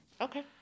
Okay